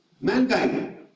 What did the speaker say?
Mankind